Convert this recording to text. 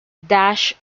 dash